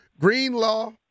Greenlaw